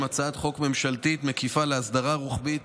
הצעת חוק ממשלתית מקיפה להסדרה רוחבית.